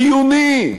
חיוני,